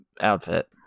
outfit